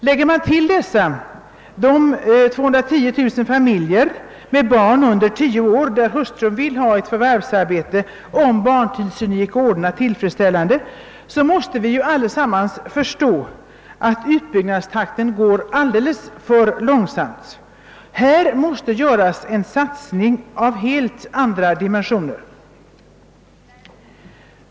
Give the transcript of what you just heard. Lägger man därtill de 210 000 familjer med barn under 10 år, där hustrun vill ha ett förvärvsarbete, om barntillsynen ginge att ordna tillfredsställande, måste vi alla förstå att utbyggnadstakten är alldeles för långsam. Här måste göras en satsning av helt andra dimensioner.